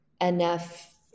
enough